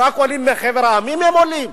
רק עולים מחבר העמים הם עולים?